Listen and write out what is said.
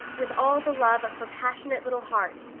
with all the love of her passionate little heart,